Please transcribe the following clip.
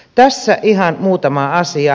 tässä ihan muutama asia